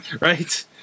right